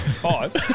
Five